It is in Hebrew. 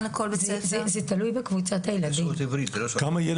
זה תלוי בקבוצת הילדים.